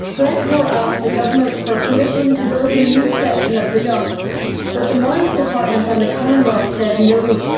glencore asked the governments for permission to build a new section of the dumpbut but the mines department and the commonwealth said no.